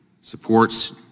supports